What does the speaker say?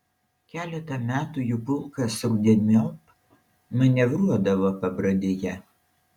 keletą metų jų pulkas rudeniop manevruodavo pabradėje